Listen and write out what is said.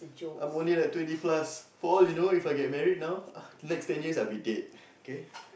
I'm only like twenty plus four you know If I get married now uh next ten years I'll be dead kay